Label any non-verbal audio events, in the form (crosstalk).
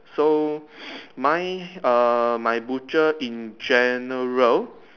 so (breath) my err my butcher in general